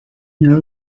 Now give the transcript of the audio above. know